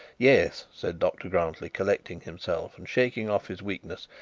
yes, said dr grantly, collecting himself and shaking off his weakness,